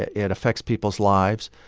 it it affects people's lives.